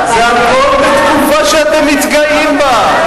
זה הכול בתקופה שאתם מתגאים בה.